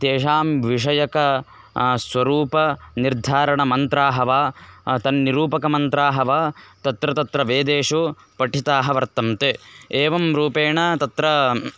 तेषां विषयकाः स्वरूपनिर्धारणमन्त्राः वा तन्निरूपकमन्त्राः वा तत्र तत्र वेदेषु पठिताः वर्तन्ते एवं रूपेण तत्र